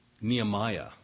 Nehemiah